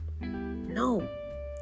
No